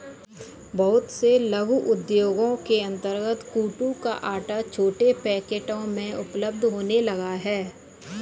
बहुत से लघु उद्योगों के अंतर्गत कूटू का आटा छोटे पैकेट में उपलब्ध होने लगा है